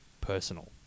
personal